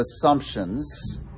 assumptions